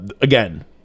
again